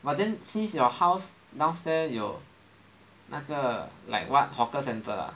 but then since your house downstairs 有那个 like what hawker centre ah